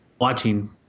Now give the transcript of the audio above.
watching